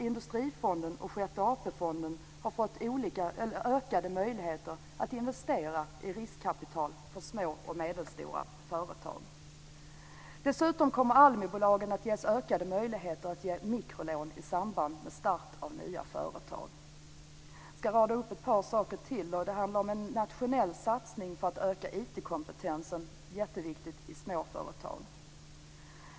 Industrifonden och Sjätte AP-fonden har fått ökade möjligheter att investera i riskkapital för små och medelstora företag. Dessutom kommer ALMI-bolagen att ges ökade möjligheter att ge mikrolån i samband med start av nya företag. Jag ska rada upp ett par saker till. Det handlar om en nationell satsning för att öka IT-kompetensen, som är jätteviktig i småföretag.